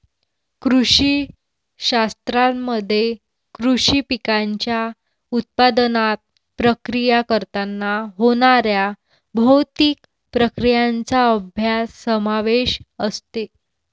कृषी शास्त्रामध्ये कृषी पिकांच्या उत्पादनात, प्रक्रिया करताना होणाऱ्या भौतिक प्रक्रियांचा अभ्यास समावेश असते